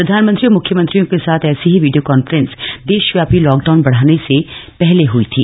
प्रधानमंत्री और मुख्यमंत्रियों के साथ ऐसी ही वीडियो कांफ्रेंस देशव्यापी लॉकडाउन बढाने से पहले हुई थी